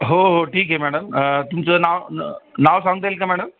हो हो ठीक आहे मॅडम तुमचं नाव न नाव सांगता येईल का मॅडम